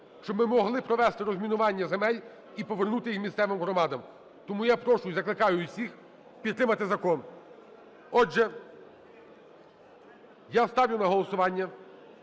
щоб ми могли провести розмінування земель і повернути їх місцевим громадам. Тому я прошу і закликаю усіх підтримати закон. Отже, я ставлю на голосування